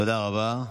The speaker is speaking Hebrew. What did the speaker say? תודה רבה.